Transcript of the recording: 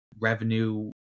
revenue